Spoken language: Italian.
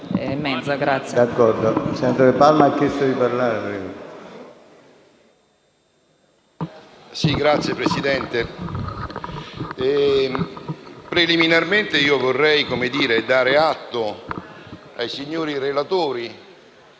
Presidente, preliminarmente vorrei dare atto ai signori relatori